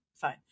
Fine